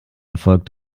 erfolg